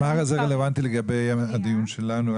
אז מה זה רלוונטי לגבי הדיון שלנו?